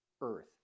earth